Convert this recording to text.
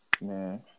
Man